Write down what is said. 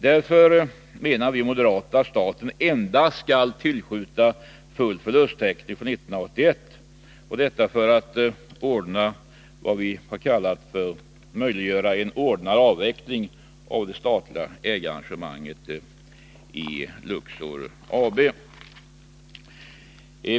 Därför menar vi moderater att staten endast skall tillskjuta medel för full förlusttäckning för 1981 — detta för att möjliggöra vad vi har kallat en ordnad avveckling av det statliga ägarengagemanget i Luxor AB.